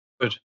Good